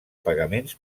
pagaments